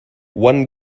one